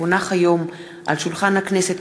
כי הונחו היום על שולחן הכנסת,